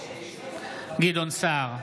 גדעון סער,